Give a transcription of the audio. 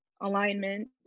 alignment